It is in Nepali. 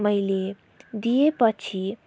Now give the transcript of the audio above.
मैले दिएपछि